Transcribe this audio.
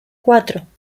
cuatro